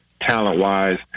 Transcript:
talent-wise